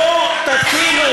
אתה היית בקדימה, בואו תתחילו,